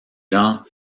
gens